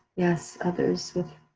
yes, others with